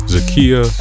Zakia